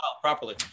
properly